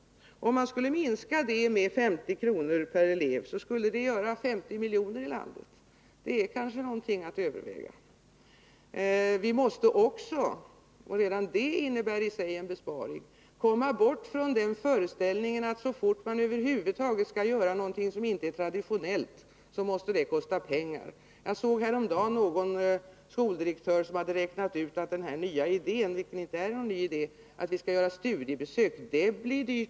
Skulle man minska med 50 kr. per elev, skulle det göra 50 milj.kr. för hela landet. Det är kanske någonting att överväga. Vi måste också — och redan det innebär en besparing — komma bort från den föreställningen, att så fort man över huvud taget skall göra någonting som inte är traditionellt, måste det kosta pengar. Häromdagen såg jag att någon skoldirektör hade räknat ut att den här nya idén — som inte är någon ny idé — att göra studiebesök blir dyr.